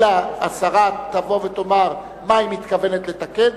אלא השרה תבוא ותאמר מה היא מתכוונת לתקן.